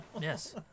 Yes